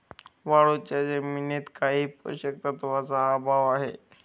वाळूच्या जमिनीत काही पोषक तत्वांचा अभाव आहे